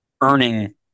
earning